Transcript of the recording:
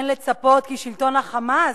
אין לצפות כי שלטון ה"חמאס",